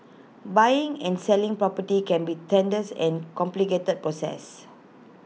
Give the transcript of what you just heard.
buying and selling property can be tedious and complicated process